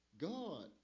God